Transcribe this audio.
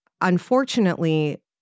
unfortunately